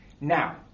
Now